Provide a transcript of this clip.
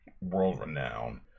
world-renowned